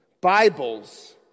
Bibles